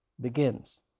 begins